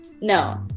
no